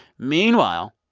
meanwhile,